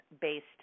based